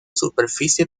superficie